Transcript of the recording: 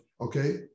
okay